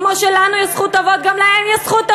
כמו שלנו יש זכות אבות גם להם יש זכות אבות.